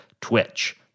Twitch